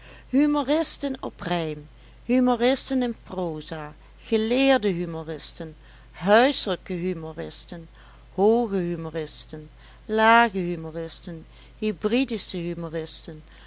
humoristen op rijm humoristen in proza geleerde humoristen huiselijke humoristen hooge humoristen lage humoristen